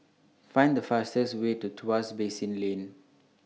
Find The fastest Way to Tuas Basin Lane